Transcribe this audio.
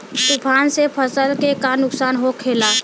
तूफान से फसल के का नुकसान हो खेला?